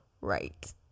right